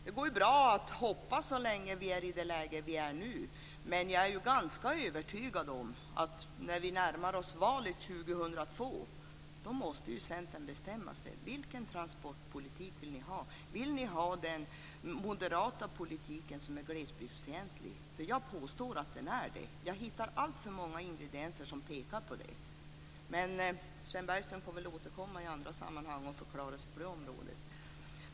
Det går bra att hoppa i det läge som vi befinner oss i nu, men jag är ganska övertygad om att när vi närmar oss valet 2002, då måste Centern bestämma sig. Vilken transportpolitik vill ni ha? Vill ni ha den moderata politiken som är glesbygdsfientlig? Jag påstår att den är glesbygdsfientlig, och jag hittar alltför många ingredienser som pekar på det. Men Sven Bergström får väl återkomma i andra sammanhang och förklara sig.